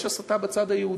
יש הסתה בצד היהודי.